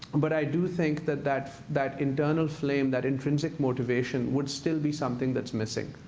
but i do think that that that internal flame, that intrinsic motivation would still be something that's missing.